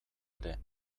ere